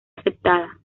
aceptada